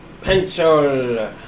Pencil